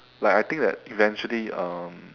like I think that eventually um